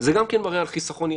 זה גם כן מראה על חיסכון יתר.